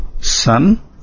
Son